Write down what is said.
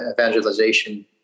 evangelization